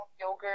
yogurt